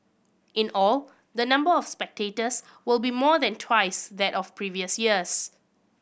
in all the number of spectators will be more than twice that of previous years